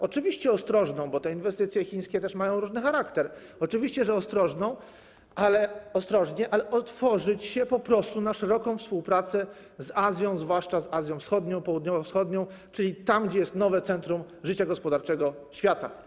Oczywiście ostrożnie, bo te inwestycje chińskie też mają różny charakter, oczywiście, że ostrożnie, ale po prostu musimy otworzyć się na szeroką współpracę z Azją, zwłaszcza z Azją Wschodnią, Południowo-Wschodnią, czyli tam, gdzie jest nowe centrum życia gospodarczego świata.